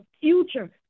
future